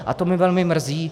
A to mě velmi mrzí.